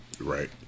Right